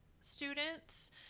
students